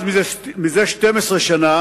זה 12 שנה